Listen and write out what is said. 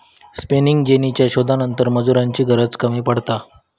spinning जेनीच्या शोधानंतर मजुरांची गरज कमी पडता